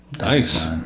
Nice